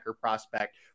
prospect